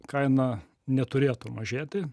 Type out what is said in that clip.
kaina neturėtų mažėti